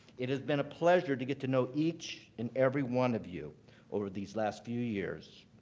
it has been a pleasure to get to know each and every one of you over these last few years.